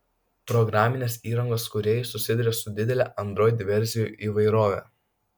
programinės įrangos kūrėjai susiduria su didele android versijų įvairove